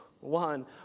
one